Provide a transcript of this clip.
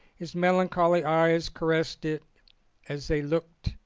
his melancholy eyes caressed it as they looked,